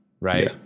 Right